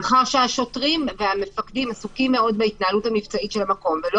מאחר שהשוטרים והמפקדים עסוקים מאוד בהתנהלות המבצעית של המקום ולא